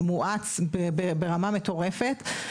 מואץ ברמה מטורפת.